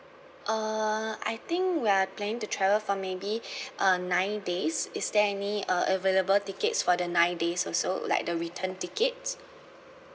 uh I think we are planning to travel for maybe uh nine days is there any uh available tickets for the nine days also like the return tickets